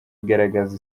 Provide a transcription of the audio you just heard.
igaragaza